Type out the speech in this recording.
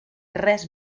res